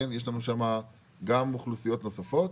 יש לנו שם גם אוכלוסיות נוספות